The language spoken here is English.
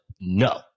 no